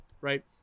right